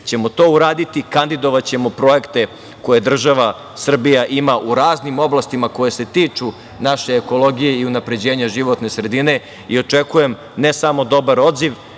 ćemo to uraditi. Kandidovaćemo projekte koje država Srbija ima u raznim oblastima koje se tiču naše ekologije i unapređenja životne sredine i očekujem ne samo dobar odziv